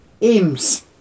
AIMS